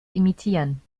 imitieren